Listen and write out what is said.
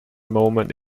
moment